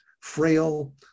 frail